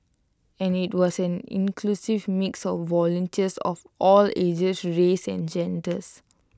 and IT was an inclusive mix of volunteers of all ages races and genders